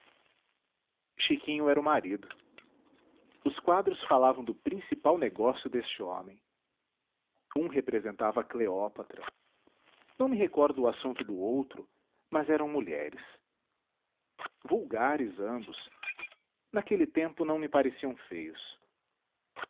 chiquinho era o marido os quadros falavam do principal negócio deste homem um representava cleópatra não me recordo o assunto do outro mas eram mulheres vulgares ambos naquele tempo não me pareciam feios